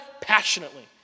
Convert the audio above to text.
passionately